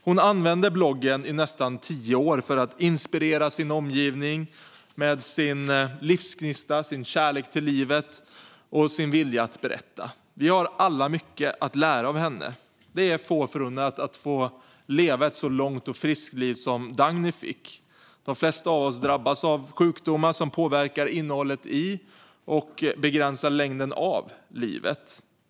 Hon använde bloggen i nästan tio år för att inspirera sin omgivning med sin livsgnista, sin kärlek till livet och sin vilja att berätta. Vi har alla mycket att lära av henne. Det är få förunnat att få leva ett så långt och friskt liv som Dagny fick. De flesta av oss drabbas av sjukdomar som påverkar innehållet i och begränsar längden på livet.